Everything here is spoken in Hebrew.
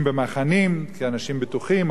יושבי הערים יושבים במחנים כאנשים בטוחים,